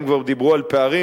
אם כבר דיברו על פערים,